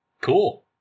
Cool